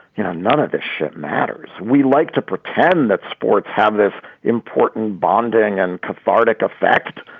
you know, none of this shit matters. we like to pretend that sports have this important bonding and cathartic effect.